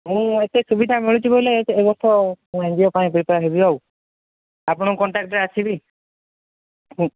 ମୁଁ ଏତେ ସୁବିଧା ମିଳୁଛି ବୋଇଲେ ଏ ବର୍ଷ ମୁଁ ଏନ୍ ଜି ଓ ପାଇଁ ପ୍ରିପେଆର୍ ହେବି ଆଉ ଆପଣଙ୍କ କଣ୍ଚାକ୍ଟରେ ଆସିବି